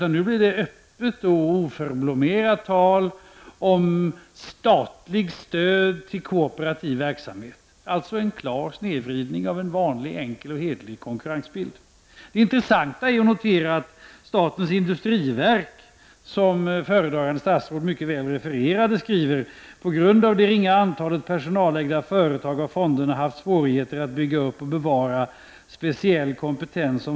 Nu blir det öppet och oförblommerat tal om statligt stöd till kooperativ verksamhet, dvs. en klar snedvridning av en vanlig, enkel och hederlig konkurrensbild. Det intressanta att notera är att det föredragande statsrådet refererar till statens industriverk och att man där säger att fonderna på grund av det ringa antalet personalägda företag har haft svårigheter att bygga upp och bevara speciell kompetens.